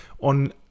on